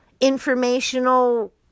informational